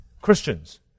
Christians